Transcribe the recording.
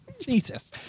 Jesus